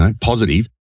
positive